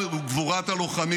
רוב העם לא רוצה